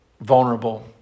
Vulnerable